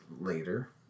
later